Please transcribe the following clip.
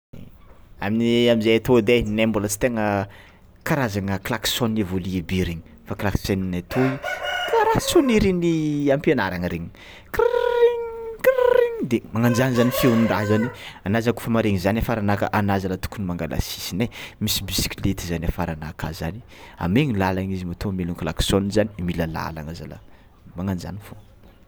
Aminay amizay atô edy e aminay tsy tegna de karazagna klakisona evolue be regny fa klakisaona atoy karaha sonern'ny am-pianarangna rengy krrrrrr de magnajany zany ny feon'ny raha zany ana za kôfa maregny zany afaranao aka ana zala tôkony mangala sisiny e misy bisikleta zany afaranao aka zany amegny lalagna izy matô mamelony klakisaona zany mila lalagna zala magnanjany fô.